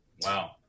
Wow